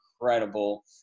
incredible